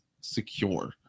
secure